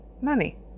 money